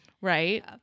right